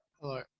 Hello